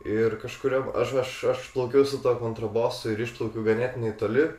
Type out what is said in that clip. ir kažkuriam aš aš aš plaukiau su tuo kontrabosu ir išplaukiau ganėtinai toli